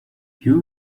you